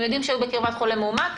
הם יודעים שהיו בקרבת חולה מאומת,